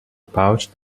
pouch